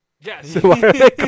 yes